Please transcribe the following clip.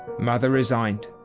mother resigned.